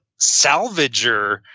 salvager